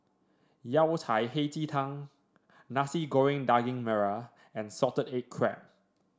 Yao Cai Hei Ji Tang Nasi Goreng Daging Merah and Salted Egg Crab